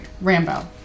Rambo